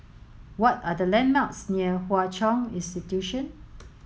what are the landmarks near Hwa Chong Institution